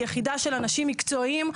יחידה שלא נשים מקצועיים,